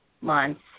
months